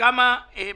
ושיבוא לפה ויסביר.